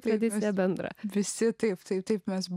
tradicija bendra visi taip tai taip mes